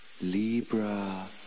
Libra